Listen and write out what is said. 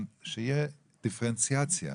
שתהיה דיפרנציאציה.